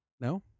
no